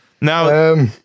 Now